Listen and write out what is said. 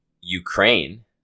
Ukraine